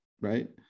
Right